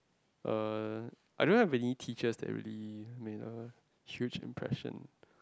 uh I don't have any teachers that really made a huge impression